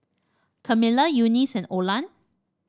Camila Eunice and Olan